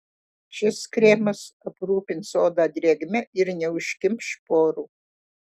šis kremas aprūpins odą drėgme ir neužkimš porų